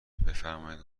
بفرمایید